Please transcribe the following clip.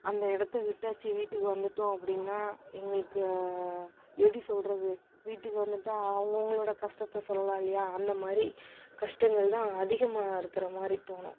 அந்த இடத்துக்கிட்ட சி வீட்டுக்கு வந்துட்டோம் அப்படினா எங்களுக்கு எப்படி சொல்லுறது வீட்டுக்கு வந்துட்டால் அவங்கவுங்களோட கஷ்டத்தை சொல்லலாம் இல்லையா அந்த மாதிரி கஷ்டங்கள் தான் அதிகமாக இருக்கிற மாதிரி தோணும்